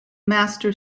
master